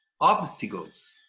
obstacles